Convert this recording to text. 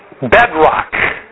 Bedrock